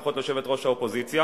לפחות ליושבת-ראש האופוזיציה,